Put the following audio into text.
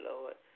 Lord